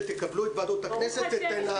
כשתקבלו את כל ועדות הכנסת תנהלו.